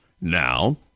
Now